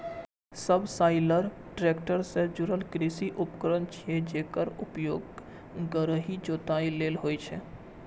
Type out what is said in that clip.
subsoiler tractor सं जुड़ल कृषि उपकरण छियै, जेकर उपयोग गहींर जोताइ लेल होइ छै